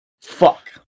fuck